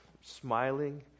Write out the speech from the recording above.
smiling